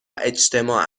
اجتماع